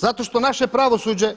Zato što naše pravosuđe